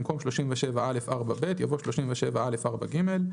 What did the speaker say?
במקום "37א4ב" יבוא "37א4ג".